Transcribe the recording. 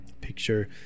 picture